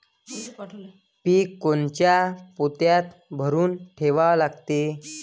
पीक कोनच्या पोत्यात भरून ठेवा लागते?